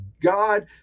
God